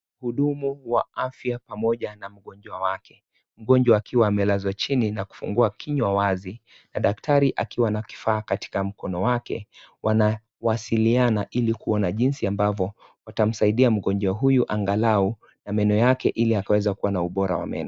Mhuhudum wa afya pamoja na mgonjwa wake, mgonjwa akiwa amelazwa chini na kufungua kinywa wazi na daktari akiwa na kifaa katika mkono wake, wanawasiliana ili kuona jinsi ambavyo watamsaidia mgonjwa huyu angalau na meno yake ili akaweza kuwa na ubora wa meno.